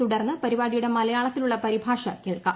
തുടർന്ന് പരിപാടിയുടെ മലയാളത്തിലുള്ള പരിഭാഷ കേൾക്കാം